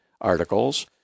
articles